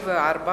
44),